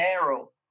narrow